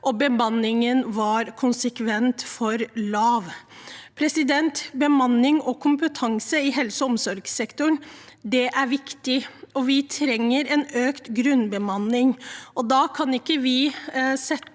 og bemanningen var konsekvent for lav. Bemanning og kompetanse i helse- og omsorgssektoren er viktig, og vi trenger en økt grunnbemanning. Da kan vi ikke sette